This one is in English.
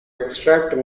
extract